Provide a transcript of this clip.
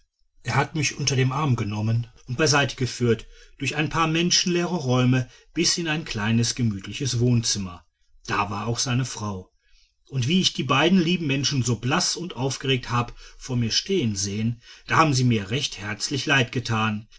er hat mich unter den arm genommen und beiseite geführt durch ein paar menschenleere räume bis in ein kleines gemütliches wohnzimmer da war auch seine frau und wie ich die beiden lieben menschen so blaß und aufgeregt hab vor mir stehen sehen da haben sie mir recht herzlich leid getan